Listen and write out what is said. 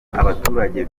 abaturage